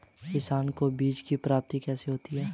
किसानों को बीज की प्राप्ति कैसे होती है?